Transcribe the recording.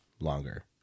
longer